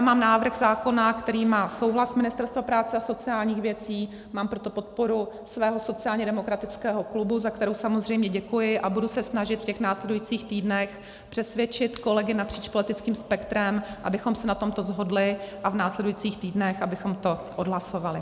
Mám návrh zákona, který má souhlas Ministerstva práce a sociálních věcí, mám pro to podporu svého sociálně demokratického klubu, za kterou samozřejmě děkuji, a budu se snažit v následujících týdnech přesvědčit kolegy napříč politickým spektrem, abychom se na tomto shodli a v následujících týdnech abychom to odhlasovali.